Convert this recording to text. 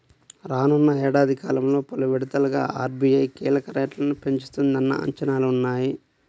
రానున్న ఏడాది కాలంలో పలు విడతలుగా ఆర్.బీ.ఐ కీలక రేట్లను పెంచుతుందన్న అంచనాలు ఉన్నాయి